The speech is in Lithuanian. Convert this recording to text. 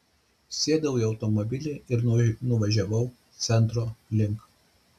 sėdau į automobilį ir nuvažiavau centro link